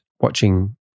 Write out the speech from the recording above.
watching